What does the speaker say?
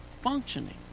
functioning